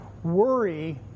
Worry